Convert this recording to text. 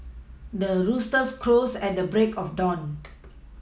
the rooster crows at the break of dawn